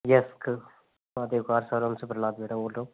yes क showroom से प्रह्लाद मेहरा बोल रहा हूँ